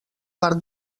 part